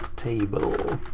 table.